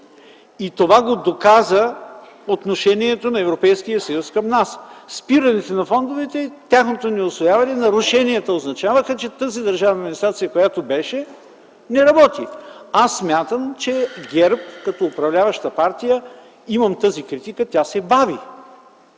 И това го доказа отношението на Европейския съюз към нас – спирането на фондовете, тяхното неусвояване, нарушенията означаваха, че тази администрация, която беше, не работи. Аз смятам, че ГЕРБ като управляваща партия – имам тази критика – тя се бави.